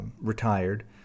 retired